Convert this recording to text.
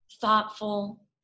thoughtful